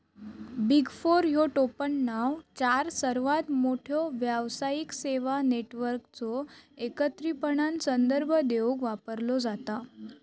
big four ह्यो टोपणनाव चार सर्वात मोठ्यो व्यावसायिक सेवा नेटवर्कचो एकत्रितपणान संदर्भ देवूक वापरलो जाता